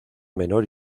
menor